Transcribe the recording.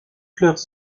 fleurs